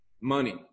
Money